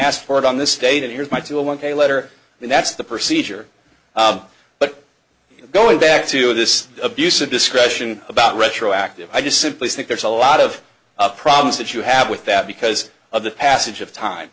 asked for it on this date and here's my two and a letter and that's the procedure but going back to this abuse of discretion about retroactive i just simply think there's a lot of problems that you have with that because of the passage of time